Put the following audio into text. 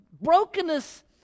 brokenness